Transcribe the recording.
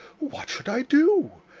what should i do?